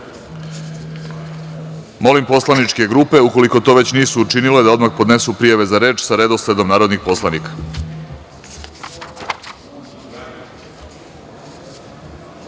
poslaničke grupe, u koliko to već nisu učinile, da odmah podnesu prijave za reč, sa redosledom narodnih poslanika. Saglasno